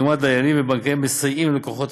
דוגמת דיילים ובנקאים המסייעים ללקוחות